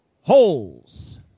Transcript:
Holes